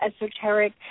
esoteric